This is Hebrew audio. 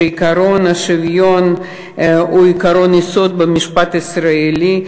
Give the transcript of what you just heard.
שעקרון השוויון הוא עקרון יסוד במשפט הישראלי.